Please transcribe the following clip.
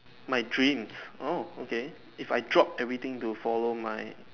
my dream orh okay if I drop everything to follow my